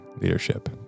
Leadership